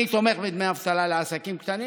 אני תומך בדמי אבטלה לעסקים קטנים.